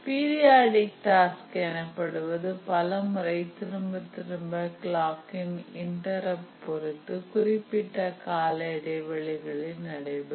periodic task எனப்படுவது பலமுறை திரும்பத் திரும்ப கிளாக் இன் இன்டெர்ருப்ட் பொருத்து குறிப்பிட்ட கால இடைவெளிகளில் நடைபெறும்